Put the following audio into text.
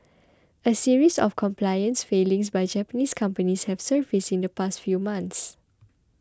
a series of compliance failings by Japanese companies have surfaced in the past few months